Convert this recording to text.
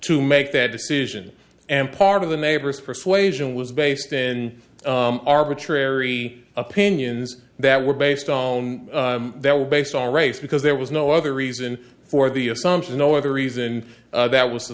to make that decision and part of the neighbor's persuasion was based in arbitrary opinions that were based on that were based on race because there was no other reason for the assumption or the reason that was